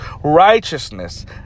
righteousness